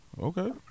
Okay